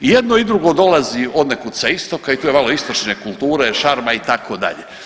Jedino i drugo dolazi od nekud sa istoka i tu je malo istočne kulture, šarma itd.